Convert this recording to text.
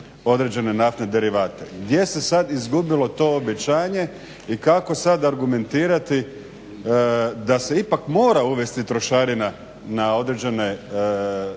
određene naftne derivate. Gdje se sad izgubilo to obećanje i kako sad argumentirati da se ipak mora uvesti trošarina na određene naftne proizvode,